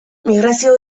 migrazio